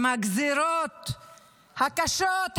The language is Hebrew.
עם הגזרות הקשות,